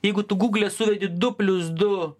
jeigu tu gugle suvedi du plius du